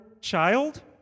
child